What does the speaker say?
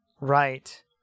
Right